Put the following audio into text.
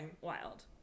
wild